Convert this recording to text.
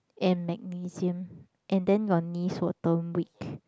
and magnesium and then your knees will turn weak